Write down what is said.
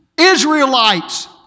Israelites